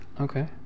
Okay